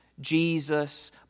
Jesus